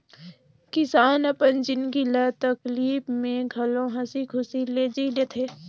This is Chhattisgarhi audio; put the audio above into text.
किसान अपन जिनगी ल तकलीप में घलो हंसी खुशी ले जि ले थें